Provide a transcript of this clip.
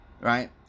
right